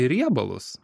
į riebalus